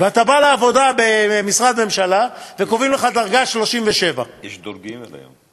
ואתה בא לעבודה במשרד ממשלתי וקובעים לך דרגה 37. יש דור ג' היום.